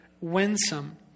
winsome